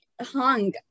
hung